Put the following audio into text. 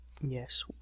Yes